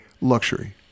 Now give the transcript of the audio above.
luxury